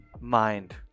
mind